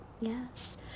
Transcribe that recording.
Yes